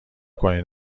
کنین